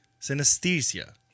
Synesthesia